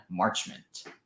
Marchment